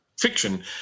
fiction